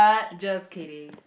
just kidding